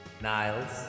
Niles